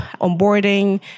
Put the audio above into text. onboarding